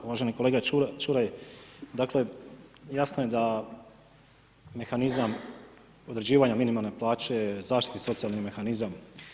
Uvaženi kolega Čuraj, dakle jasno je da mehanizam određivanja minimalne plaće je zaštitni socijalnih mehanizam.